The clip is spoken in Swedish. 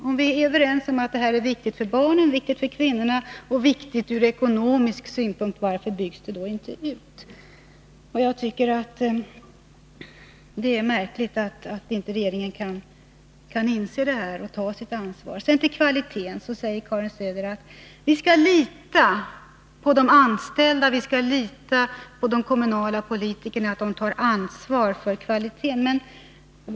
När vi är överens om att det här är viktigt för barnen, viktigt för kvinnorna och viktigt ur ekonomisk synpunkt, varför byggs barnomsorgen då inte ut? Jag tycker det är märkligt att regeringen inte kan inse detta och ta sitt ansvar. Sedan till frågan om kvaliteten. Karin Söder säger att vi skall lita på att de anställda och de kommunala politikerna tar ansvar för kvaliteten.